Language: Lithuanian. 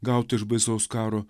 gautą iš baisaus karo